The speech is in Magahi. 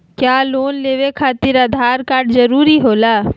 क्या लोन लेवे खातिर आधार कार्ड जरूरी होला?